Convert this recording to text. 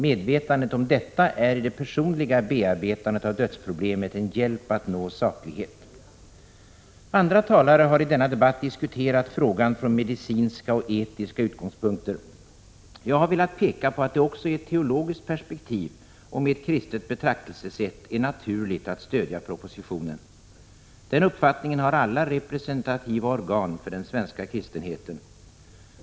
Medvetandet om detta är i det personliga bearbetandet av dödsproblemet en hjälp att nå saklighet. Andra talare har i denna debatt diskuterat frågan från medicinska och etiska utgångspunkter. Jag har velat peka på att det också i ett teologiskt perspektiv och med ett kristet betraktelsesätt är naturligt att stödja proposi tionen. Den uppfattningen har alla representativa organ för den svenska kristenheten.